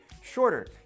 shorter